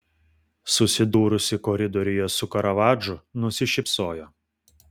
susidūrusi koridoriuje su karavadžu nusišypsojo